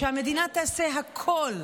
שהמדינה תעשה הכול,